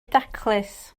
daclus